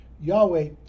Yahweh